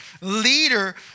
Leader